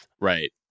right